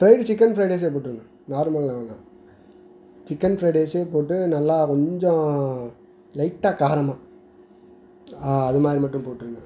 fried chicken fried ரைஸ்ஸே போட்டுருங்க நார்மலில் வேணாம் சிக்கன் ஃப்ரைட் ரைஸ்ஸே போட்டு நல்லா கொஞ்சம் லைட்டாக காரமாக அது மாதிரி மட்டும் போட்டுருங்க